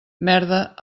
merda